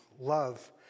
love